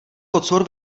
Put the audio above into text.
kocour